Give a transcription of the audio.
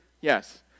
Yes